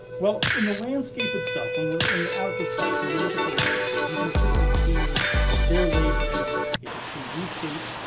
well, in the landscape itself, and when you're out at the site and you look at the landscape, you can certainly see their labor in the landscape. it's been reshaped.